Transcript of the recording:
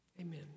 Amen